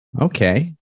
Okay